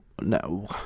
no